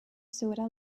soda